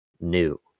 new